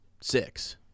six